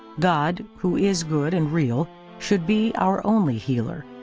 god, who is good and real should be our only healer,